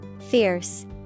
Fierce